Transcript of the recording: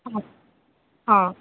ହଁ ହଁ